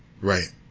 Right